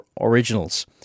originals